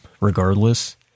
regardless